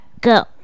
go